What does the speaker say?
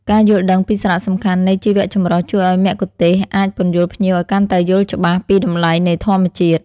ការយល់ដឹងពីសារៈសំខាន់នៃជីវចម្រុះជួយឱ្យមគ្គុទ្ទេសក៍អាចពន្យល់ភ្ញៀវឱ្យកាន់តែយល់ច្បាស់ពីតម្លៃនៃធម្មជាតិ។